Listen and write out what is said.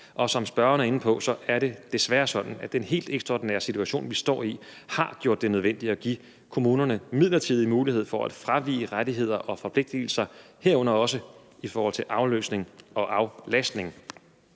Som spørgeren er inde på, er det desværre sådan, at den helt ekstraordinære situation, vi står i, har gjort det nødvendigt at give kommunerne en midlertidig mulighed for at fravige rettigheder og forpligtelser, herunder også afløsning og aflastning.